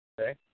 okay